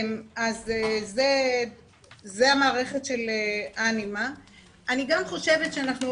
אני גם חושבת שאנחנו,